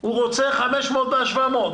הוא רוצה 500 שקל מה-700 שקל.